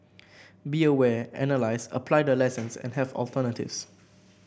be aware analyse apply the lessons and have alternatives